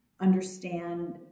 understand